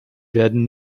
werden